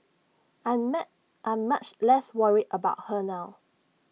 I'm ma I'm much less worried about her now